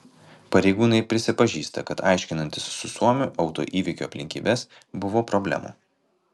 pareigūnai prisipažįsta kad aiškinantis su suomiu autoįvykio aplinkybes buvo problemų